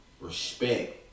respect